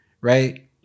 right